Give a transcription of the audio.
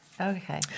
Okay